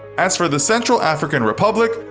as for the central african republic,